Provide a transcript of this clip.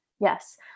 Yes